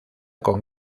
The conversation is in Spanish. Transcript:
con